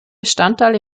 bestandteil